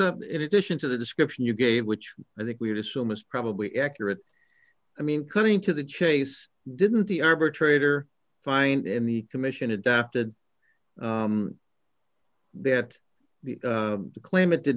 work in addition to the description you gave which i think we would assume is probably accurate i mean cutting to the chase didn't the arbitrator find in the commission adopted that the claimant did